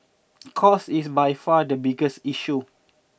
cost is by far the biggest issue